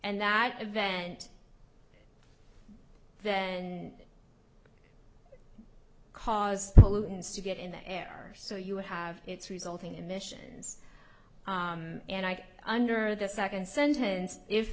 and that event then cause pollutants to get in the air so you would have it's resulting emissions and i under the second sentence if